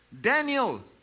Daniel